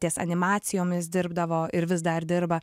ties animacijomis dirbdavo ir vis dar dirba